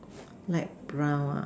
light brown ah